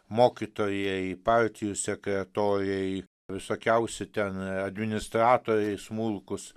mokytojai partijų sekretoriai visokiausi ten administratoriai smulkūs